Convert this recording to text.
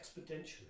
exponentially